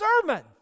sermon